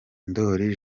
ndoli